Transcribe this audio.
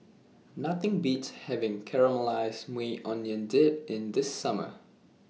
Nothing Beats having Caramelized Maui Onion Dip in The Summer